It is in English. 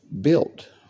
built